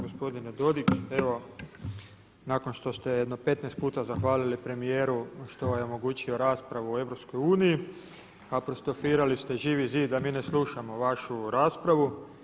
Gospodine Dodig evo nakon što ste jedno 15 puta zahvalili premijeru što je omogućio raspravu o EU apostrofirali ste Živi zid da mi ne slušamo vašu raspravu.